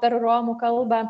per romų kalbą